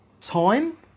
Time